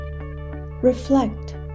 Reflect